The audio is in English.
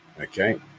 Okay